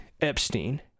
Epstein